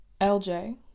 LJ